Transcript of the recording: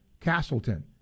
Castleton